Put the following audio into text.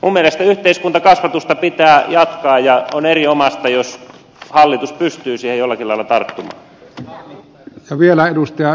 minun mielestäni yhteiskuntakasvatusta pitää jatkaa ja on erinomaista jos hallitus pystyy siihen jollakin lailla tarttumaan